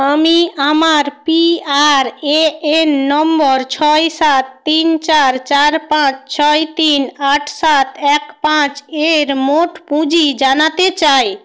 আমি আমার পিআরএএন নম্বর ছয় সাত তিন চার চার পাঁচ ছয় তিন আট সাত এক পাঁচ এর মোট পুঁজি জানাতে চাই